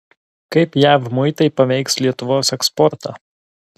kaip jav muitai paveiks lietuvos eksportą